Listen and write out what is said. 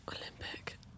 Olympic